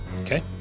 Okay